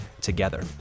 together